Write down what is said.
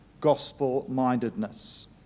gospel-mindedness